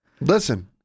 Listen